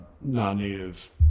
non-native